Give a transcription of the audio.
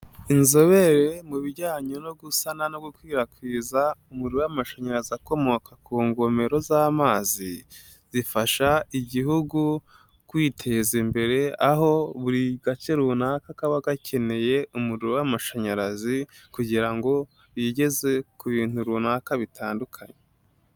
Inzobere mu bijyanye no gusana no gukwirakwiza umuriro w'amashanyarazi akomoka ku ngomero z'amazi, zifasha igihugu kwiteza imbere, aho buri gace runaka kaba gakeneye umuriro w'amashanyarazi kugira ngo bigeze ku bintu runaka bitandukanye.